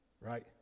Right